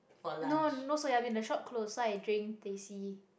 no no soya bean the shop close so i drink teh-c